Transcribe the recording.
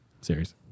Series